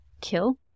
Kill